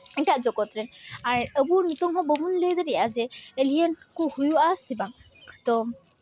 ᱮᱴᱟᱜ ᱡᱚᱜᱚᱛ ᱨᱮᱱ ᱟᱨ ᱟᱵᱚ ᱱᱤᱛᱚᱝ ᱦᱚᱸ ᱵᱟᱵᱚᱱ ᱞᱟᱹᱭ ᱫᱟᱲᱮᱭᱟᱜᱼᱟ ᱡᱮ ᱮᱞᱤᱭᱟᱱ ᱠᱚ ᱦᱩᱭᱩᱜᱼᱟ ᱥᱮ ᱵᱟᱝ ᱛᱚ